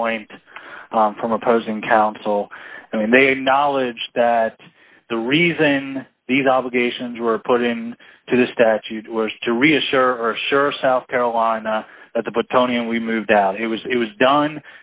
point from opposing counsel and they had knowledge that the reason these obligations were put in to the statute was to reassure or assure south carolina that the but tony and we moved out it was it was done